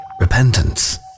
repentance